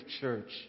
church